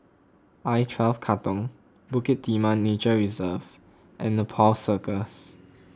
I twelve Katong Bukit Timah Nature Reserve and Nepal Circus